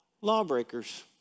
Lawbreakers